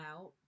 out